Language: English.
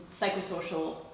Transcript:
psychosocial